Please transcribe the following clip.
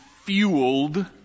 fueled